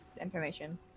information